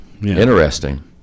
Interesting